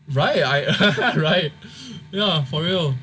right right ya for real